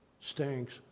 Stinks